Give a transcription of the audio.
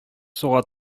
суга